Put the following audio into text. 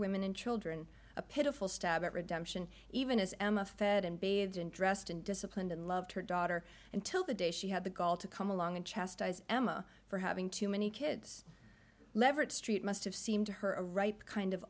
women and children a pitiful stab at redemption even as emma fed and bathed and dressed and disciplined and loved her daughter until the day she had the gall to come along and chastise emma for having too many kids levert street must have seemed to her a right kind of